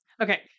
Okay